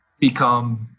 become